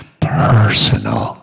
personal